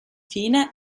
fine